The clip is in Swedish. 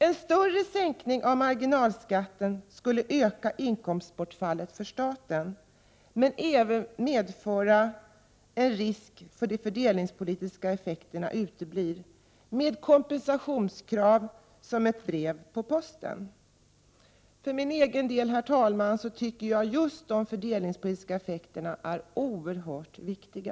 En större sänkning av marginalskatterna skulle öka inkomstbortfallet för staten men även medföra en risk för att de fördelningspolitiska effekterna uteblir, med kompensationskrav som ett brev på posten. För egen del, herr talman, tycker jag att just de fördelningspolitiska effekterna är oerhört viktiga.